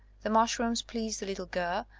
the mush rooms pleased the little girl,